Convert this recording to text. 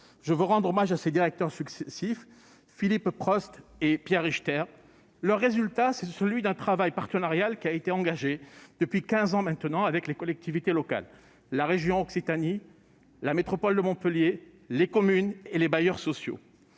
Je veux rendre hommage à ses directeurs successifs Philippe Prost et Pierre Richter. Ce résultat est la conséquence d'un travail partenarial engagé depuis quinze ans avec les collectivités locales : la région Occitanie, la métropole de Montpellier, les communes et les bailleurs sociaux.